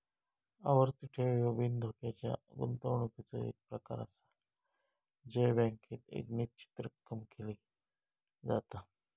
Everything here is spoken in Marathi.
आवर्ती ठेव ह्यो बिनधोक्याच्या गुंतवणुकीचो एक प्रकार आसा जय बँकेत एक निश्चित रक्कम जमा केली जाता